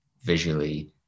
visually